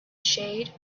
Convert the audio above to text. shade